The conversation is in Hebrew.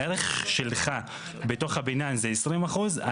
הערך שלך בתוך הבניין זה 20 אחוז,